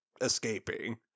escaping